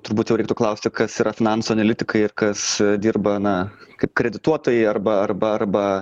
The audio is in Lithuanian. turbūt jau reiktų klausti kas yra finansų analitikai ir kas dirba na kaip kredituotojai arba arba arba